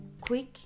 quick